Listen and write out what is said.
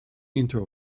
into